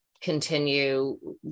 continue